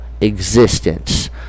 existence